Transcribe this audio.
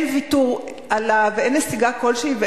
אין ויתור ואין נסיגה כלשהי,